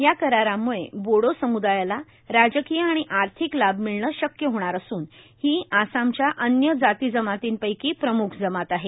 या कराराम्ळे बोडो सम्दायाला राजकीय आणि आर्थिक लाभ मिळणं शक्य होणार असून ही आसामच्या अन्य जाती जमार्तीपैकी प्रम्ख जमात आहे